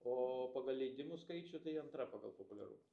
o pagal leidimų skaičių tai antra pagal populiarumą